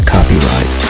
Copyright